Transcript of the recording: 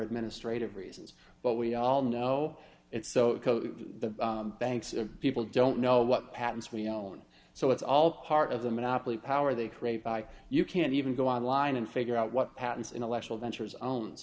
administrative reasons but we all know it so the banks and people don't know what patents we own so it's all part of the monopoly power they created by you can't even go online and figure out what patents intellectual ventures owns